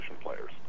players